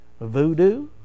voodoo